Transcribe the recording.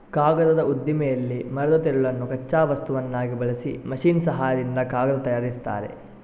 ಕಾಗದದ ಉದ್ದಿಮೆಯಲ್ಲಿ ಮರದ ತಿರುಳನ್ನು ಕಚ್ಚಾ ವಸ್ತುವನ್ನಾಗಿ ಬಳಸಿ ಮೆಷಿನ್ ಸಹಾಯದಿಂದ ಕಾಗದ ತಯಾರಿಸ್ತಾರೆ